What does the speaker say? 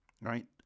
right